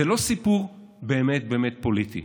זה לא סיפור באמת באמת פוליטי,